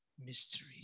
mystery